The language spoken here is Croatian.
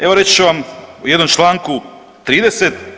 Evo reći ću vam u jednom članku 30.